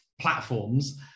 platforms